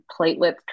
platelet